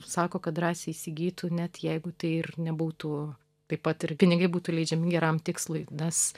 sako kad drąsiai įsigytų net jeigu tai ir nebūtų taip pat ir pinigai būtų leidžiami geram tikslui nes